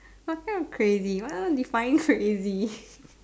what kind of crazy what else defying crazy